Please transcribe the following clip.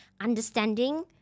understanding